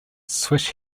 swiss